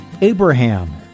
Abraham